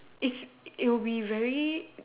it's it'll be very